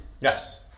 Yes